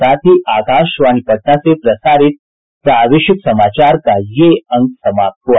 इसके साथ ही आकाशवाणी पटना से प्रसारित प्रादेशिक समाचार का ये अंक समाप्त हुआ